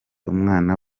umwana